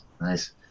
Nice